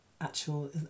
actual